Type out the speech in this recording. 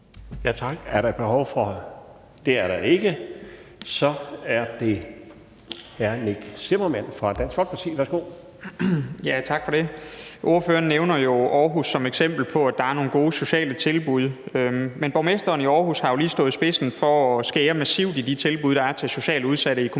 kort bemærkning? Det er der ikke. Så er det hr. Nick Zimmermann fra Dansk Folkeparti. Værsgo. Kl. 15:51 Nick Zimmermann (DF): Tak for det. Ordføreren nævner Aarhus som eksempel på, at der er nogle gode sociale tilbud, men borgmesteren i Aarhus har jo lige stået i spidsen for at skære massivt i de tilbud, der er til socialt udsatte i kommunen.